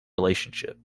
relationship